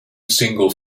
single